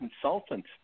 consultant